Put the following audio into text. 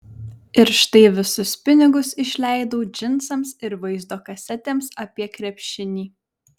ir štai visus pinigus išleidau džinsams ir vaizdo kasetėms apie krepšinį